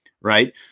Right